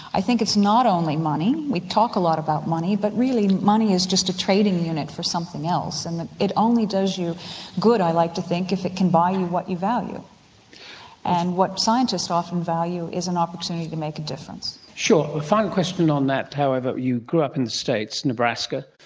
i think it's not only money. we talk a lot about money, but really money is just a trading unit for something else and it only does you good, i like to think, if it can buy you and what you value and what scientists often value is an opportunity to make a difference. sure. the final question on that however, you grew up in the states, nebraska.